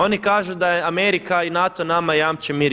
Oni kažu da je Amerika i NATO nama jače mir i